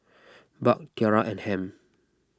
Buck Tiara and Ham